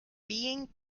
being